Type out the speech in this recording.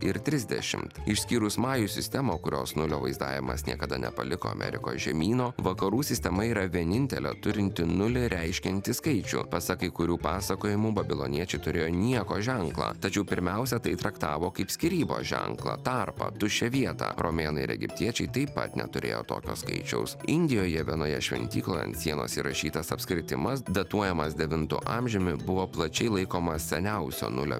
ir trisdešimt išskyrus majų sistemą kurios nulio vaizdavimas niekada nepaliko amerikos žemyno vakarų sistema yra vienintelė turinti nulį reiškiantį skaičių pasak kai kurių pasakojimų babiloniečiai turėjo nieko ženklą tačiau pirmiausia tai traktavo kaip skyrybos ženklą tarpą tuščią vietą romėnai ir egiptiečiai taip pat neturėjo tokio skaičiaus indijoje vienoje šventykloje ant sienos įrašytas apskritimas datuojamas devintu amžiumi buvo plačiai laikomas seniausiu nulio